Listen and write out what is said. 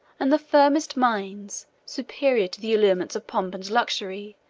and the firmest minds, superior to the allurements of pomp and luxury,